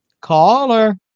Caller